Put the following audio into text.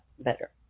better